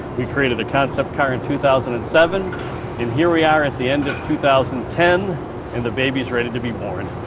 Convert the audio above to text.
we created the concept car in two thousand and seven, and here we are at the end of two thousand and ten and the baby is ready to be born.